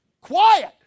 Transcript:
Quiet